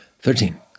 Thirteen